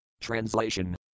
Translation